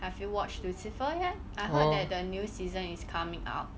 have you watched lucifer yet I heard that the new season is coming out